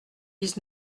dix